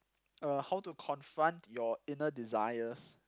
uh how to confront your inner desires